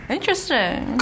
Interesting